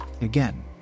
again